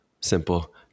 Simple